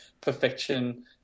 perfection